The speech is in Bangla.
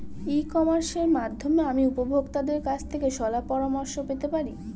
ই কমার্সের মাধ্যমে আমি উপভোগতাদের কাছ থেকে শলাপরামর্শ পেতে পারি?